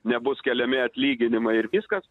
nebus keliami atlyginimai ir viskas